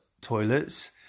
toilets